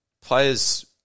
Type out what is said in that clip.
players